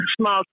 small